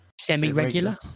Semi-regular